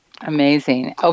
Amazing